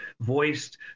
voiced